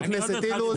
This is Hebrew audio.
חבר הכנסת אילוז,